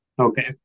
Okay